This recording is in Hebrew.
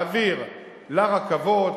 להעביר לרכבות.